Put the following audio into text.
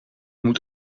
moet